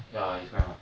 ya it's quite hard